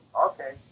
Okay